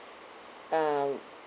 um